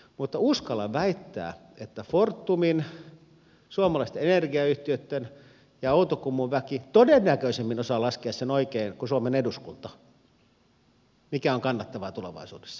mutta uskallan väittää että fortumin suomalaisten energiayhtiöitten ja outokummun väki todennäköisemmin kuin suomen eduskunta osaa laskea oikein sen mikä on kannattavaa tulevaisuudessa